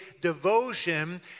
devotion